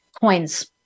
Coins